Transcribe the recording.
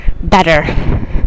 better